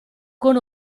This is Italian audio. con